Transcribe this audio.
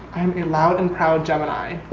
i'm allowed empowered gemini